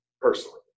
personally